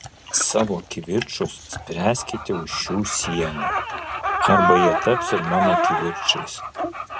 savo kivirčus spręskite už šių sienų arba jie taps ir mano kivirčais